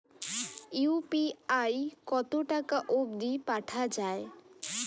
UPI কতো টাকা অব্দি পাঠা যায়?